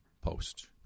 Post